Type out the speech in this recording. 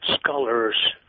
scholars